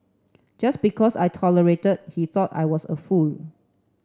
just because I tolerated he thought I was a fool